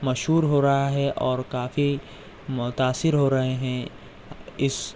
مشہور ہو رہا ہے اور کافی متأثر ہو رہے ہیں اس